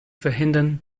verhindern